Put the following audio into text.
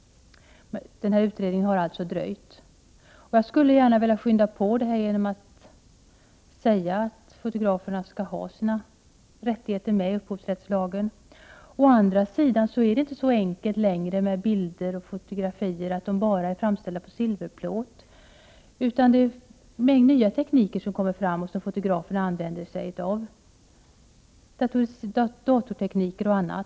Utredningen har alltså dröjt. Jag skulle vilja skynda på den genom att säga att fotograferna skall ha sina rättigheter med i upphovsrättslagen. Emellertid är det inte så enkelt längre med fotografier att de bara är framställda på silverplåt, utan det kommer fram en mängd nya tekniker som fotograferna använder, datortekniker och annat. Det finns också blandtekniker. Allt Prot.